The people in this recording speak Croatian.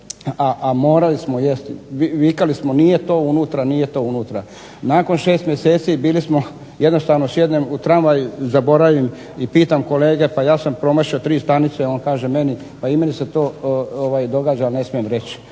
a morali smo jesti, vikali smo nije to unutra, nije to unutra. Nakon 6 mjeseci bili smo jednostavno sjednem u tramvaj, zaboravim i pitam kolege pa ja sam promašio tri stanice, on kaže meni pa i meni se to događa, ali ne smijem reći,